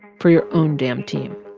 for your own damn team.